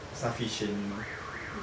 sufficient you know